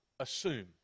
assume